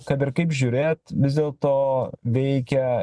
kad ir kaip žiūrėt vis dėlto veikia